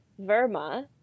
Verma